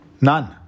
none